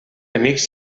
amics